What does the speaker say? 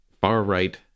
far-right